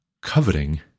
coveting